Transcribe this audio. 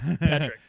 Patrick